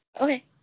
Okay